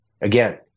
Again